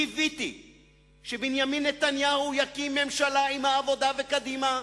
קיוויתי שבנימין נתניהו יקים ממשלה עם העבודה וקדימה,